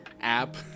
app